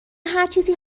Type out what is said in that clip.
هرچیزی